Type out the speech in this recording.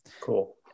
cool